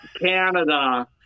canada